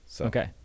Okay